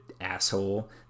asshole